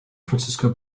francisco